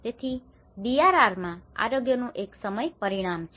તેથી ડીઆરઆર માં આરોગ્યનું એક સમય પરિમાણ છે